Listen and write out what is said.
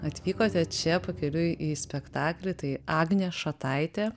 atvykote čia pakeliui į spektaklį tai agnė šataitė